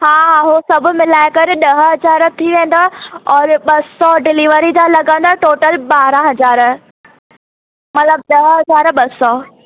हा हा उहो सभु मिलाए करे ॾह हज़ार थी वेंदव ओर ॿ सौ डिलेवरी जा लॻंदा टोटल ॿारहं हज़ार मतिलबु ॾह हज़ार ॿ सौ